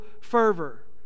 fervor